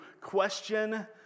Question